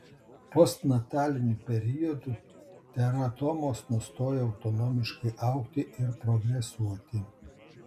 postnataliniu periodu teratomos nustoja autonomiškai augti ir progresuoti